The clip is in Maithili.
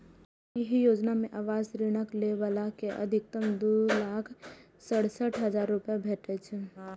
एहि योजना मे आवास ऋणक लै बला कें अछिकतम दू लाख सड़सठ हजार रुपैया भेटै छै